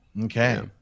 Okay